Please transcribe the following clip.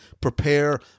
prepare